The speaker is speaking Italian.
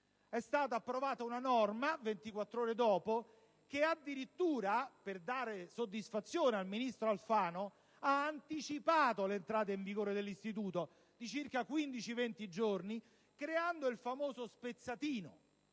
è stata approvata una norma che addirittura, per dare soddisfazione al ministro Alfano, ha anticipato l'entrata in vigore dell'istituto di circa 15-20 giorni, creando il famoso "spezzatino":